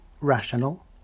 rational